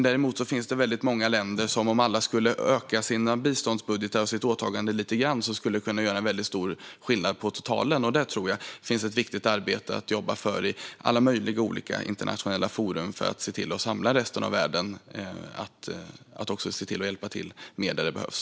Det finns dock många länder som genom att öka sin biståndsbudget och sitt åtagande skulle kunna göra stor skillnad på totalen. Det är därför viktigt att jobba i alla möjliga internationella forum för att samla resten av världen så att de kan hjälpa till mer där det behövs.